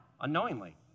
unknowingly